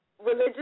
religious